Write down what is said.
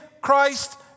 Christ